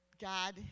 God